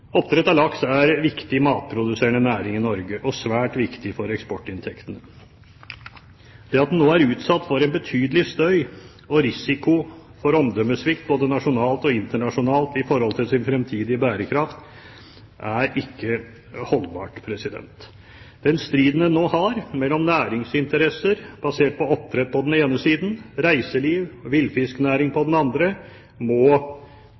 Oppdrett av laks er en viktig matproduserende næring i Norge, og svært viktig for eksportinntektene. At den nå er utsatt for en betydelig støy og risiko for omdømmesvikt både nasjonalt og internasjonalt hva gjelder fremtidig bærekraft, er ikke holdbart. Den striden en nå har mellom næringsinteresser basert på oppdrett på den ene siden og reiseliv og villfisknæring på den andre, må